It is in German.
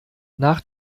nach